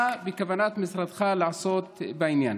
מה בכוונת משרדך לעשות בעניין?